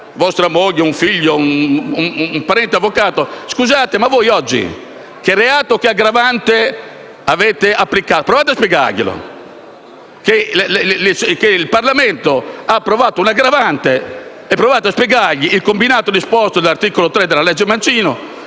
vostra moglie o un parente avvocato vi domanderanno «scusate, ma voi oggi che reato o che aggravante avete applicato?» provate a spiegare loro che il Parlamento ha approvato un'aggravante e provate a spiegare il combinato disposto dell'articolo 3 della legge Mancino